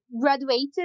graduated